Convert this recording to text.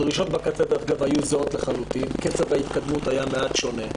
הדרישות דרך אגב היו זהות לחלוטין אך קצב ההתקדמות היה מעט שונה.